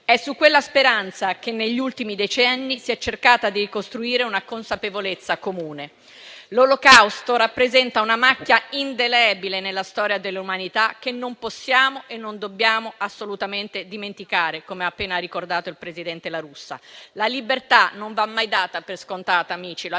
È su quella speranza che negli ultimi decenni si è cercato di costruire una consapevolezza comune. L'Olocausto rappresenta una macchia indelebile nella storia dell'umanità che non possiamo e non dobbiamo assolutamente dimenticare, come ha appena ricordato il presidente La Russa. La libertà non va mai data per scontata, amici;